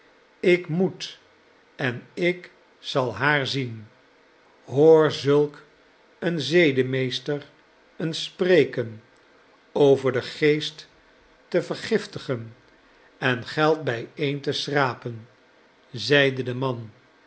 ik moet en ik zal haar zien hoor zulk een zedemeester eens spreken over den geest te vergiftigen en geld bijeen te schrapen zeide de man